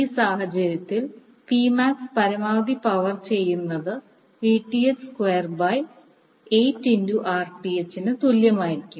ഈ സാഹചര്യത്തിൽ P max പരമാവധി പവർ ചെയ്യുന്നത് Vth സ്ക്വയർ ബൈ തുല്യമായിരിക്കും